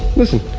listen